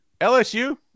LSU